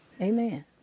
Amen